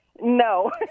No